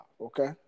okay